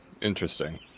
Interesting